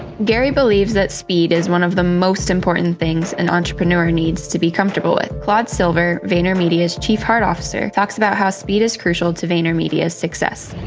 gary believes that speed is one of the most important things an entrepreneur needs to be comfortable with. claude silver, vaynermedia's chief heart officer, talks about how speed is crucial to vaynermedia success.